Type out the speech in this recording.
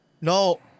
No